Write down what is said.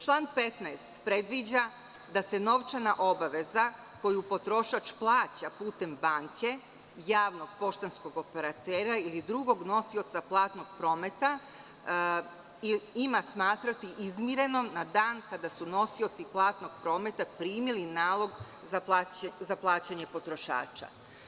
Član 15. predviđa da se novčana obaveza koju potrošač plaća putem banke, javnog poštanskog operatera ili drugog nosioca platnog prometa, ima smatrati izmirenom na dan kada su nosioci platnog prometa primili nalog za plaćanje potrošača.